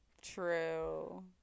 True